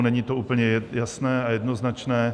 Není to úplně jasné a jednoznačné.